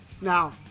Now